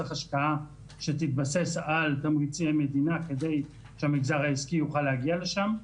צריך השקעה שתתבסס על תמריצי מדינה כדי שהמגזר העסקי יוכל להגיע לשם,